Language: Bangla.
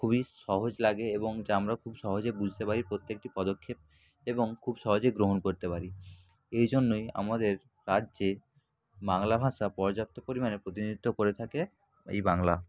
খুবই সহজ লাগে এবং যা আমরা খুব সহজে বুঝতে পারি প্রত্যেকটি পদক্ষেপ এবং খুব সহজেই গ্রহণ করতে পারি এই জন্যই আমাদের রাজ্যে বাংলা ভাষা পর্যাপ্ত পরিমাণে প্রতিনিধিত্ব করে থাকে এই বাংলা